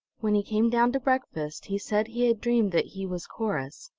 when he came down to breakfast he said he had dreamed that he was corrus,